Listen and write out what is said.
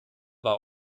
war